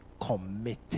committed